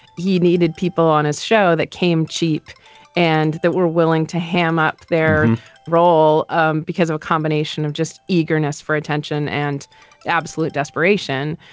he needed people on his show that came cheap and were willing to ham up their role um because of a combination of just eagerness for attention and absolute desperation.